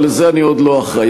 אבל לזה אני עוד לא אחראי.